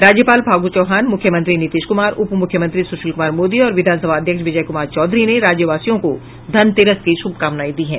राज्यपाल फागू चौहान मुख्यमंत्री नीतीश कुमार उपमुख्यमंत्री सुशील कुमार मोदी और विधानसभा अध्यक्ष विजय कुमार चौधरी ने राज्यवासियों को धनतेरस की शुभकामनाएं दी है